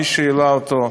מי שהעלה אותו,